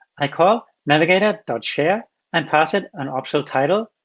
i call navigator share and pass it an optional title,